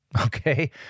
okay